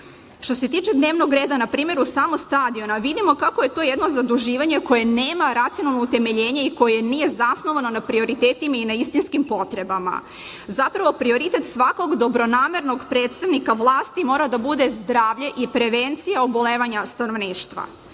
se tiče dnevnog reda, samo na primeru stadiona vidimo kako je to jedno zaduživanje koje nema racionalno utemeljenje i koje nije zasnovano na prioritetima i na istinskim potrebama. Zapravo, prioritet svakog dobronamernog predstavnika vlasti mora da bude zdravlje i prevencija obolevanja stanovništva. Mi